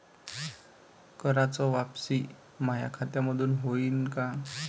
कराच वापसी माया खात्यामंधून होईन का?